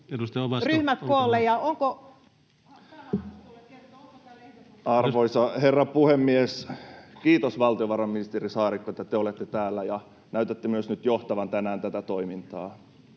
Edustaja Ovaska, olkaa hyvä. Arvoisa herra puhemies! Kiitos, valtiovarainministeri Saarikko, että te olette täällä ja näytätte myös nyt johtavan tänään tätä toimintaa.